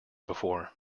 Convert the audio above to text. before